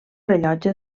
rellotge